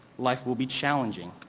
life will be challenging.